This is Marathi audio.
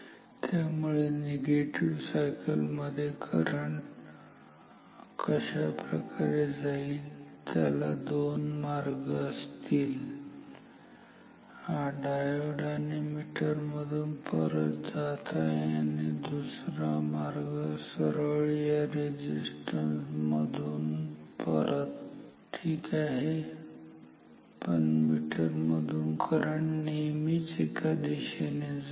त्यामुळे निगेटिव्ह सायकल मध्ये करंट कशाप्रकारे जाईल त्याला दोन मार्ग असतील हा डायोड आणि मीटर मधून परत जात आहे आणि दुसरा मार्ग सरळ या रेझिस्टन्स मधून आणि परत ठीक आहे पण मीटर मधून करंट नेहमीच एकाच दिशेने जाईल